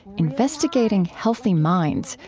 investigating healthy minds,